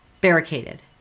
Barricaded